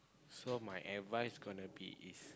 so my advice gonna be is